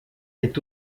est